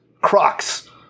Crocs